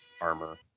armor